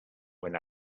when